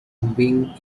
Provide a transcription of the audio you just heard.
being